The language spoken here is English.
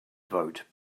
vote